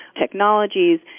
technologies